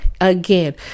again